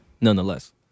nonetheless